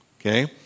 okay